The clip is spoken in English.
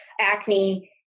acne